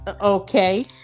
okay